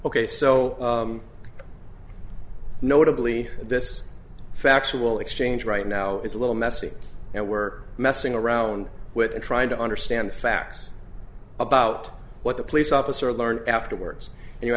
so notably this factual exchange right now is a little messy and we're messing around with trying to understand the facts about what the police officer learned afterwards and you're